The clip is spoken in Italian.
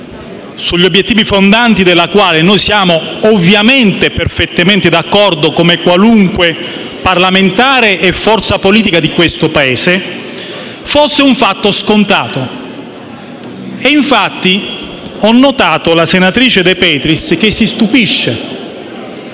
sugli obiettivi fondanti della quale siamo ovviamente perfettamente d'accordo, come qualunque parlamentare e forza politica di questo Paese - fosse un fatto scontato, appunto. Ho notato che la senatrice De Petris si stupisce